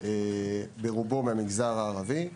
ברובו מהמגזר הערבי,